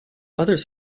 others